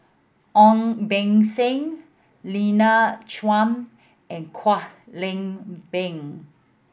Ong Beng Seng Lina Chiam and Kwek Leng Beng